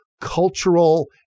cultural